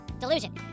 Delusion